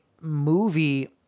movie